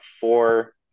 four